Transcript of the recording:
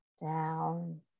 down